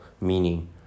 meaning